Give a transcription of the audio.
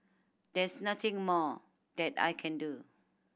there's nothing more that I can do